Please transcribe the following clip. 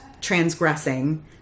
transgressing